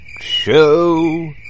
show